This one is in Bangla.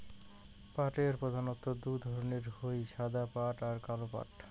পাটের প্রধানত্ব দু ধরণের হই সাদা পাট আর কালো পাট